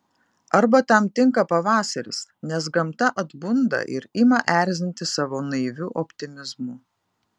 arba tam tinka pavasaris nes gamta atbunda ir ima erzinti savo naiviu optimizmu